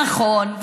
נכון,